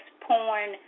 porn